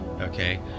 okay